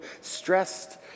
stressed